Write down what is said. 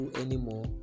anymore